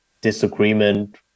disagreement